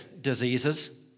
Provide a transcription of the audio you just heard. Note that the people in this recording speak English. diseases